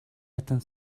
ядан